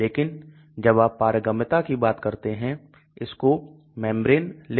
एक बार जब यह पूर्ण हो जाता है यह रक्त के प्रभाव में चला जाता है जहां का pH 74 है